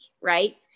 right